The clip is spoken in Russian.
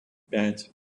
пять